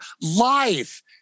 life